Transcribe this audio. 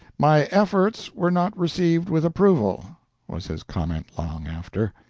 my efforts were not received with approval was his comment long after.